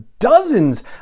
dozens